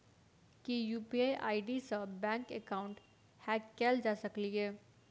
की UPI ID सऽ bank account hack कैल जा सकलिये?